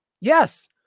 Yes